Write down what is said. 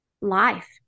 life